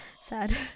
sad